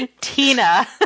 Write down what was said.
Tina